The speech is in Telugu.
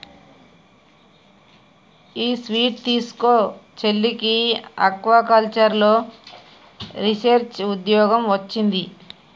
ఈ స్వీట్ తీస్కో, చెల్లికి ఆక్వాకల్చర్లో రీసెర్చ్ ఉద్యోగం వొచ్చింది